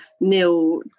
nil